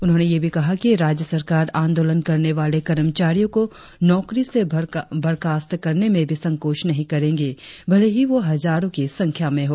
उन्होंने ये भी कहा कि राज्य सरकार आंदोलन करने वाले कर्मचारियों को नौकरी से बर्खास्त करने में भी संकोच नही करेंगे भले ही वह हजारो की संख्या मे हो